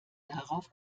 darauf